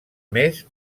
més